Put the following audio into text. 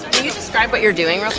you describe what you're doing real